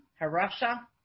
Harasha